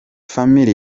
family